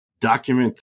document